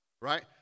Right